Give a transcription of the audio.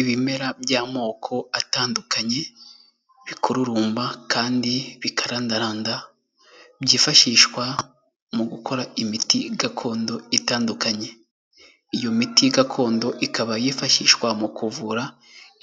Ibimera by'amoko atandukanye, bikururumba kandi bikarandaranda, byifashishwa mu gukora imiti gakondo itandukanye. Iyo miti gakondo ikaba yifashishwa mu kuvura